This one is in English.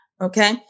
Okay